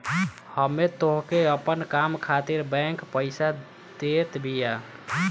एमे तोहके अपन काम खातिर बैंक पईसा देत बिया